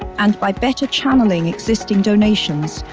and by better channelling existing donations,